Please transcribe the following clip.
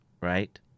right